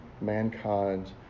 mankind